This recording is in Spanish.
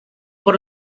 por